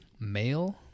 male